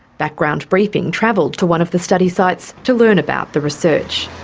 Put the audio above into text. background briefing travelled to one of the study sites to learn about the research.